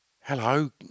Hello